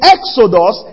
Exodus